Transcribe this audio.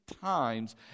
times